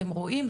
אתם רואים?